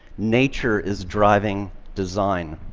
nature is driving design.